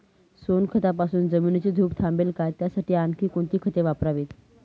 सोनखतापासून जमिनीची धूप थांबेल का? त्यासाठी आणखी कोणती खते वापरावीत?